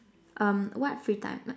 um what free time